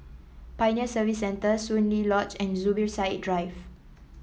Pioneer Service Centre Soon Lee Lodge and Zubir Said Drive